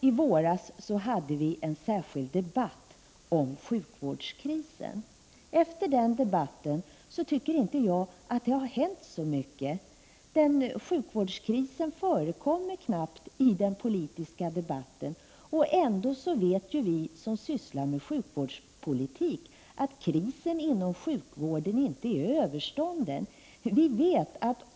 I våras förde vi en särskild debatt om sjukvårdskrisen. Efter den debatten tycker inte jag att det har hänt så mycket. Sjukvårdskrisen förekommer knappast i den politiska debatten. Ändå vet vi som sysslar med sjukvårdspolitik att krisen inom sjukvården inte är överstånden.